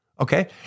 okay